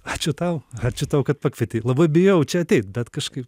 ačiū tau ačiū tau kad pakvietei labai bijojau čia ateit bet kažkaip